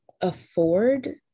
afford